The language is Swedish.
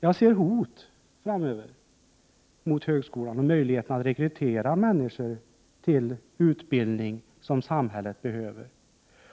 Jag ser hot framöver mot högskolan och dess möjlighet att rekrytera människor till utbildning som samhället behöver.